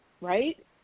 right